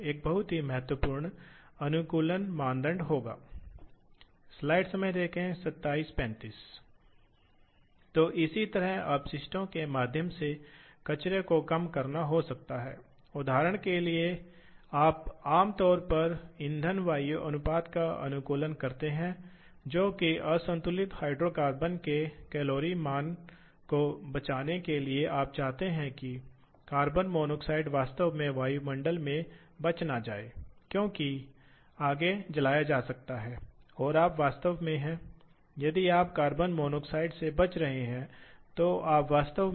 circle में यह K और KE दो एंडपॉइंट्स देगा और फिर आपको पता है कि आप या तो इस तरह से भी सर्कल बना सकते हैं इसलिए आप चाहे तो यह शुरू कर सकते हैं इसलिए यदि आप इस सर्कल को ड्रा करना चाहते हैं तो आप करेंगे इस तरह से जाएं जो दक्षिणावर्त है यदि आप इस सर्कल को खींचना चाहते हैं तो आप दक्षिणावर्त जाएंगे